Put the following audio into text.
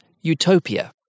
utopia